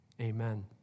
Amen